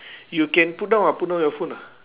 you can put down ah put down your phone ah